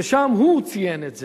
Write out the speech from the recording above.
ושם הוא ציין את זה,